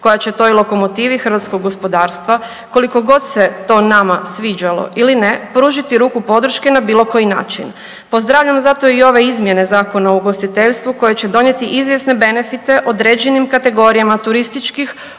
koja će toj lokomotivi hrvatskog gospodarstva koliko god se to nama sviđalo ili ne pružiti ruku podrške na bilo koji način. Pozdravljam zato i ove izmjene Zakona o ugostiteljstvu koje će donijeti izvjesne benefite određenim kategorijama turističkih